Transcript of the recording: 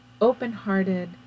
open-hearted